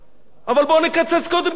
אבל בואו נקצץ קודם כול לעצמנו,